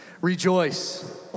Rejoice